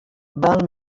val